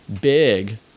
big